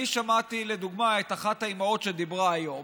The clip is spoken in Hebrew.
אני שמעתי לדוגמה את אחת האימהות שדיברו היום,